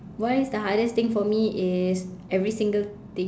what is the hardest thing for me is every single thing